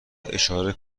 اشاره